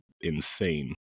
insane